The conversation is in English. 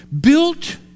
built